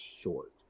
short